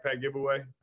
giveaway